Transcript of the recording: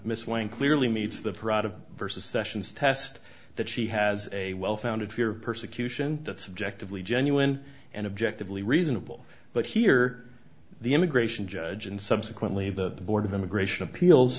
miss one clearly meets the proud of vs sessions test that she has a well founded fear of persecution that subjectively genuine and objectively reasonable but here the immigration judge and subsequently the board of immigration appeals